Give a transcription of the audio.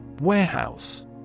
Warehouse